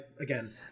again